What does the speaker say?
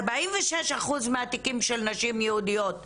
46 אחוז מהתיקים של נשים יהודיות פוענחו,